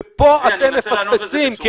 ופה אתם מפספסים,